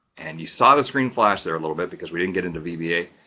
and you saw the screen flash there a little bit because we didn't get into vba.